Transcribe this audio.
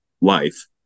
life